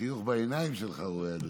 החיוך בעיניים שלך, אדוני.